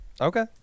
Okay